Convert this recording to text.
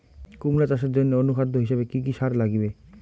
কুমড়া চাষের জইন্যে অনুখাদ্য হিসাবে কি কি সার লাগিবে?